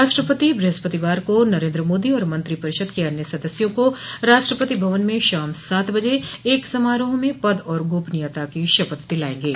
राष्ट्रपति बृहस्पतिवार को नरेन्द्र मोदी और मंत्रिपरिषद के अन्य सदस्यों को राष्ट्रपति भवन में शाम सात बजे एक समारोह में पद और गोपनीयता की शपथ दिलाएंगे